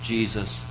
Jesus